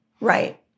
Right